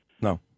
no